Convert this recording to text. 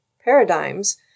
paradigms